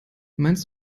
meinst